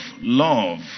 love